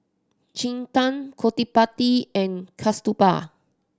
Chetan Gottipati and Kasturba